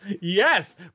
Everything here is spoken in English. Yes